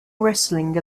wrestling